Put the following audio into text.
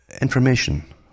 information